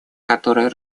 которое